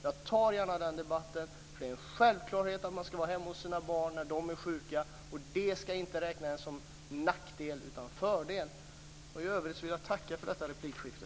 Jag tar gärna den debatten, för det är en självklarhet att man ska vara hemma hos sina barn när de är sjuka. Det ska inte räknas som en nackdel, utan som en fördel. I övrigt vill jag tacka för detta replikskifte.